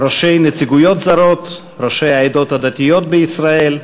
ראשי נציגויות זרות, ראשי העדות הדתיות בישראל,